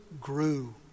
grew